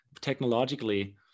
technologically